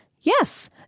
yes